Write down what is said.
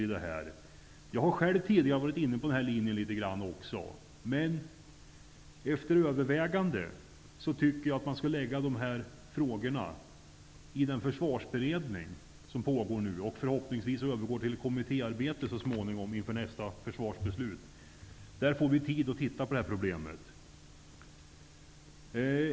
Tidigare har jag själv varit inne på denna linje, men efter överväganden tycker jag att man skall hänskjuta dessa frågor till den försvarsberedning som nu pågår och förhoppningsvis övergår till kommittéarbete inför nästa försvarsbeslut. Då får vi tid att studera problemet.